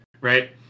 right